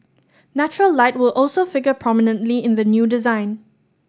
natural light will also figure prominently in the new design